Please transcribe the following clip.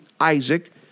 Isaac